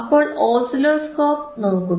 അപ്പോൾ ഓസിലോസ്കോപ്പ് നോക്കുക